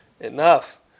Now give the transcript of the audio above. Enough